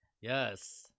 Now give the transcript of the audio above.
Yes